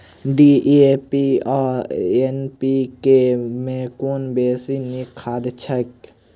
DAP आ NPK मे कुन बेसी नीक खाद छैक?